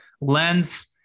Lens